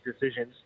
decisions